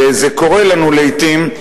וזה קורה לנו לעתים,